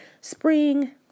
spring